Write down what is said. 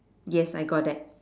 yes I got that